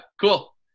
cool